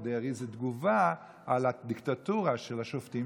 חוק דרעי זה תגובה על הדיקטטורה של השופטים,